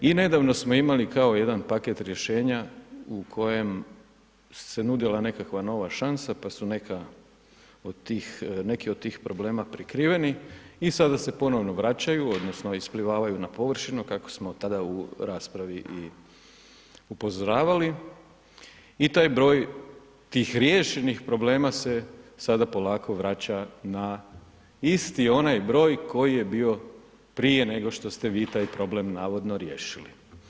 I nedavno samo imali kao jedan paket rješenja u kojem se nudila nekakva nova šansa pa su neke od tih problema prikriveni i sada se ponovno vraćaju, odnosno isplivavaju na površinu kako smo od tada u raspravi i upozoravali i to je broj tih riješenih problema se sada polako vraća na isti onaj broj koji je bio prije nego što ste vi taj problem navodno riješili.